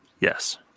Yes